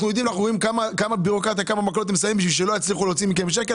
אנחנו רואים כמה מקלות הם שמים כדי שלא יצליחו להוציא מכם שקל,